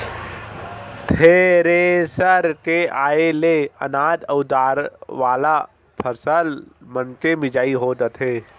thresher के आये ले अनाज अउ दार वाला फसल मनके मिजई हो जाथे